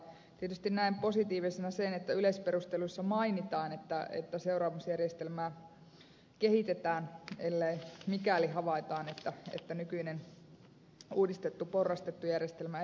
tietysti näen positiivisena sen että yleisperusteluissa mainitaan että seuraamusjärjestelmää kehitetään mikäli havaitaan että nykyinen uudistettu porrastettu järjestelmä ei ole toimiva